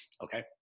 Okay